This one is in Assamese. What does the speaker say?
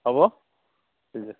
হ'ব ঠিক আছে